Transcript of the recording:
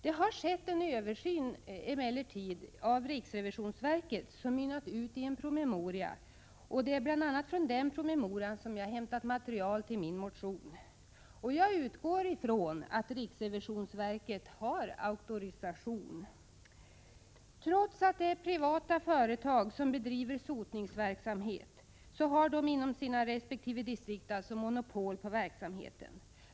Riksrevisionsverket har emellertid utfört en översyn som mynnat ut i en promemoria, och det är bl.a. från den promemorian som jag har hämtat material till min motion. Jag utgår från att riksrevisionsverket har auktorisation. Trots att det är privata företag som bedriver sotningsverksamhet så har de inom sina resp. distrikt monopol på verksamheten.